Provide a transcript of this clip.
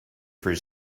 for